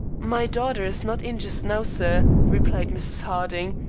my daughter is not in just now, sir, replied mrs. harding,